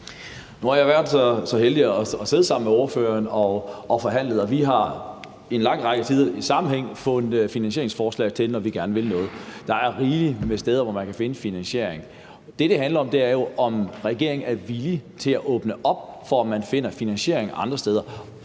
Nu har jeg været så heldig at sidde sammen med ordføreren og forhandlet, og vi har i en lang række tilfælde fundet finansieringsforslag, når vi gerne ville noget. Der er rigeligt med steder, hvor man kan finde finansiering. Det, det handler om, er jo, om regeringen er villig til at åbne op for, at man finder finansiering andre steder,